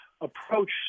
approach